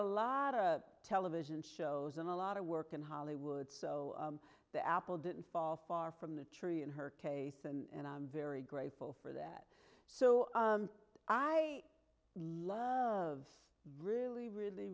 a lot of television shows and a lot of work in hollywood so the apple didn't fall far from the tree in her case and i'm very grateful for that so i love really really